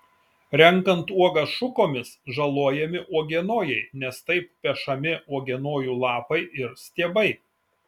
renkant uogas šukomis žalojami uogienojai nes taip pešami uogienojų lapai stiebai